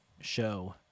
show